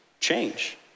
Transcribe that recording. change